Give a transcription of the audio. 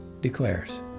declares